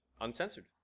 uncensored